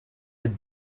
with